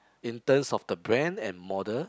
in terms of the brand and model